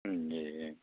जी